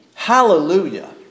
Hallelujah